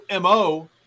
mo